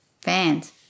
fans